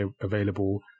available